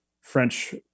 French